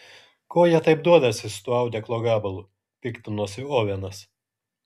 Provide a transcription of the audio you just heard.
ko jie taip duodasi su tuo audeklo gabalu piktinosi ovenas